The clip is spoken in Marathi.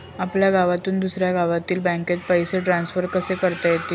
आपल्या गावातून दुसऱ्या गावातील बँकेत पैसे ट्रान्सफर कसे करता येतील?